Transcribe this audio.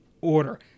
order